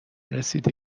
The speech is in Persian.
رسیده